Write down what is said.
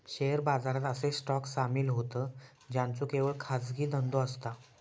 share बाजारात असे stock सामील होतं ज्यांचो केवळ खाजगी धंदो असता